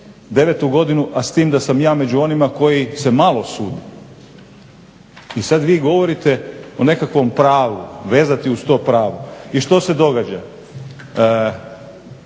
9-tu godinu a s time da sam ja među onima koji se malo sudi. I sada vi govorite o nekakvom pravu, vezati uz to pravo. I što se događa?